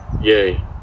Yay